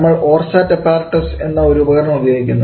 നമ്മൾ Orsat apparatus എന്ന ഒരു ഉപകരണം ഉപയോഗിക്കുന്നു